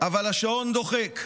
אבל השעון דוחק,